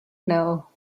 know